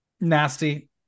nasty